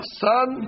son